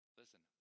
listen